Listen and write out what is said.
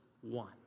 one